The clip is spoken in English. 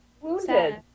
wounded